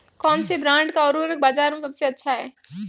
कौनसे ब्रांड का उर्वरक बाज़ार में सबसे अच्छा हैं?